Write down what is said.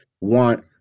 want